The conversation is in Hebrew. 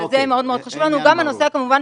אני לא בא כאן להגן על הוט,